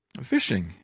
Fishing